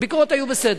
הביקורות היו בסדר,